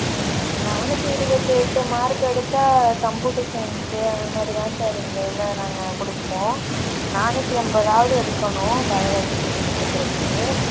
ம் நானூற்றி இருபத்தெட்டு மார்க்கு எடுத்தால் கம்ப்யூட்டர் சைன்ஸு அந்த மாதிரி தான் சார் எங்கள் இதில் நாங்கள் கொடுப்போம் நானூற்றி ஐம்பதாவது எடுக்கணும் பயாலஜி கொடுக்கறதுக்கு